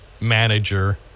Manager